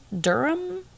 Durham